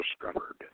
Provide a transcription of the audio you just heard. discovered